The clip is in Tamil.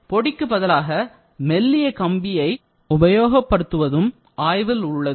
பொடிக்கு பதிலாக மெல்லிய கம்பியை கட்டு பொருளாக உபயோகப்படுத்துவதும் ஆய்வில் உள்ளது